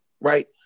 Right